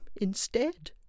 instead